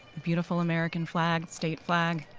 beautiful american flag, state flag.